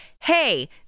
hey